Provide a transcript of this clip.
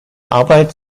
arbeit